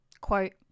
quote